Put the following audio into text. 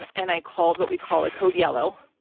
and and i called what we call a code yellow,